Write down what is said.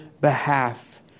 behalf